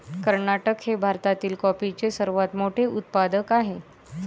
कर्नाटक हे भारतातील कॉफीचे सर्वात मोठे उत्पादक आहे